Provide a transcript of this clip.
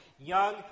young